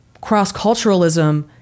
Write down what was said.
cross-culturalism